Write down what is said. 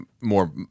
more